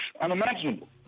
Unimaginable